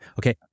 okay